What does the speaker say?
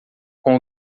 com